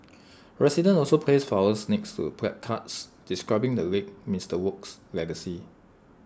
residents also placed flowers next to placards describing the late Mister Wok's legacy